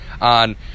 on